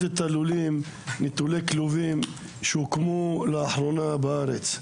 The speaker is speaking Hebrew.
את הלולים נטולי הכלובים שהוקמו לאחרונה בארץ.